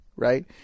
Right